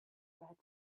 red